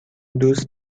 دوست